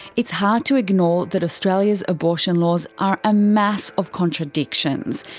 it's hard to ignore that australia's abortion laws are a mass of contradictions.